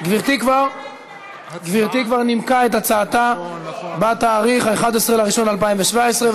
גברתי נימקה את הצעתה בתאריך 11 בינואר 2017,